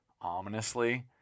ominously